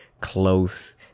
close